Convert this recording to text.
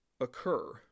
occur